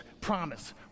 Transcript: promise